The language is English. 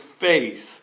face